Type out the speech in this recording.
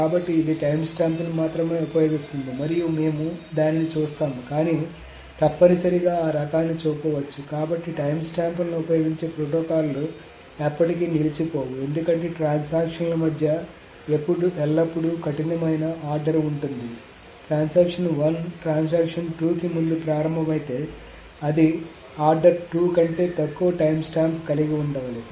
కాబట్టి ఇది టైమ్స్టాంప్ని మాత్రమే ఉపయోగిస్తుంది మరియు మేము దానిని చూస్తాము కానీ తప్పనిసరిగా ఆ రకాన్ని చూపవచ్చు కాబట్టి టైమ్స్టాంప్లను ఉపయోగించే ప్రోటోకాల్లు ఎప్పటికీ నిలిచిపోవు ఎందుకంటే ట్రాన్సాక్షన్ ల మధ్య ఎల్లప్పుడూ కఠినమైన ఆర్డర్ ఉంటుంది ట్రాన్సాక్షన్ 1 ట్రాన్సాక్షన్ 2 కి ముందు ప్రారంభమైతే అది ఆర్డర్ 2 కంటే తక్కువ టైమ్స్టాంప్ కలిగి ఉండాలి